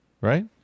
right